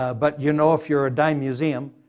but you know if your a dime museum,